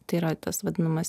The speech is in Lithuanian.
tai yra tas vadinamas